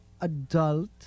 adult